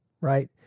right